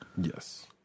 Yes